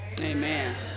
Amen